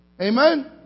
Amen